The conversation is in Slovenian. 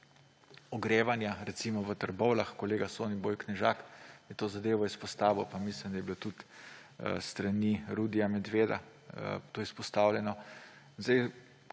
ogrevanja, recimo v Trbovljah. Kolega Soniboj Knežak je to zadevo izpostavil, pa mislim, da je bilo tudi s strani Rudija Medveda to izpostavljeno.